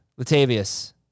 Latavius